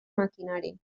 maquinari